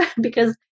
because-